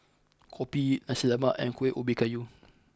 Kopi Nasi Lemak and Kuih Ubi Kayu